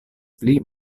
pli